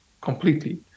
completely